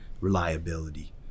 reliability